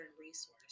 resource